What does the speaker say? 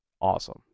awesome